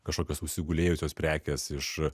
kažkokios užsigulėjusios prekės iš